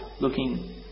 looking